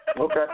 Okay